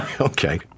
Okay